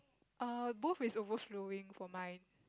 err both is overflowing for mine